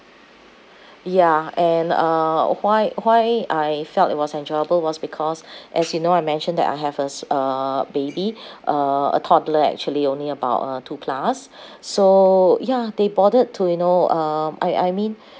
ya and uh why why I felt it was enjoyable was because as you know I mentioned that I have a s~ a baby uh a toddler actually only about uh two plus so ya they bothered to you know um I I mean